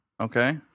okay